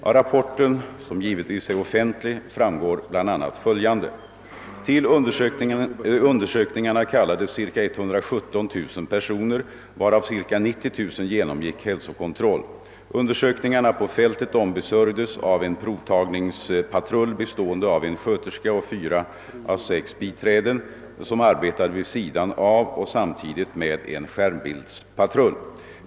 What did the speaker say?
Av rapporten — som givetvis är offentlig — framgår bl.a. följande. Till undersökningarna kallades ca 117 000 personer, varav ca 90000 genomgick hälsokontroll. Undersökningarna på fältet ombesörjdes av en provtagningspatrull bestående av en sköterska och 4—6 biträden som arbetade vid sidan av och samtidigt med en skärmbildspatrull.